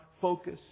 focus